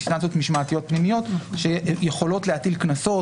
אינסטנציות משמעתיות פנימיות שיכולות להטיל קנסות